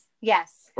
yes